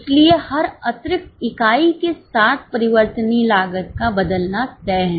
इसलिए हर अतिरिक्त इकाई के साथ परिवर्तनीय लागत का बदलना तय है